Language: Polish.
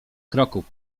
kroków